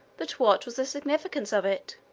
but what was the signification of it?